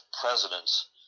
presidents